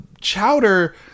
chowder